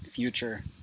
future